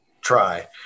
try